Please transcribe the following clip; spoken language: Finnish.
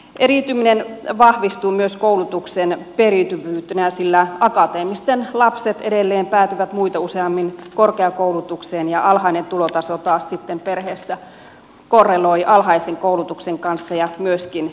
eriytyminen vahvistuu myös koulutuksen periytyvyytenä sillä akateemisten lapset edelleen päätyvät muita useammin korkeakoulutukseen ja alhainen tulotaso perheessä taas sitten korreloi alhaisen koulutuksen kanssa ja myöskin periytyy